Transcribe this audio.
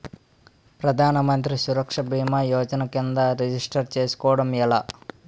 ప్రధాన మంత్రి సురక్ష భీమా యోజన కిందా రిజిస్టర్ చేసుకోవటం ఎలా?